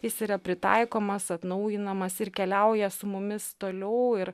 jis yra pritaikomas atnaujinamas ir keliauja su mumis toliau ir